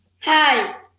Hi